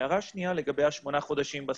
ההערה שנייה היא לגבי שמונת החודשים בסוף.